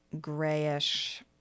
grayish